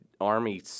army